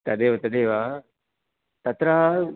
तदेव तदेव तत्र